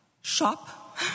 shop